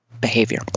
behavior